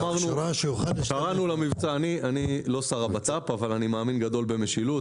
אני לא השר לביטחון פנים אבל אני מאמין גדול במשילות.